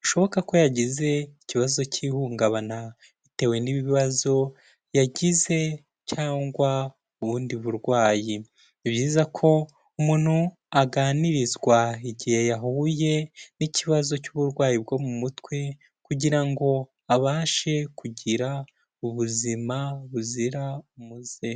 bishoboka ko yagize ikibazo cy'ihungabana bitewe n'ibibazo yagize cyangwa ubundi burwayi, ni byiza ko umuntu aganirizwa igihe yahuye n'ikibazo cy'uburwayi bwo mu mutwe kugira ngo abashe kugira ubuzima buzira umuze.